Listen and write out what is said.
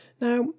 Now